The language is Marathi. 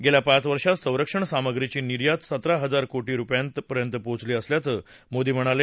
गेल्या पाच वर्षात संरक्षण सामग्रीची निर्यात सतरा हजार कोटी रुपयांपर्यंत पोहोचली असल्याचं मोदी यांनी सांगितलं